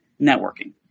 networking